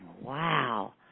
Wow